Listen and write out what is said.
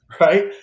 Right